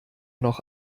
noch